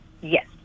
Yes